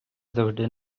завжди